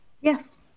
Yes